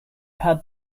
had